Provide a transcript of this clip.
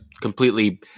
completely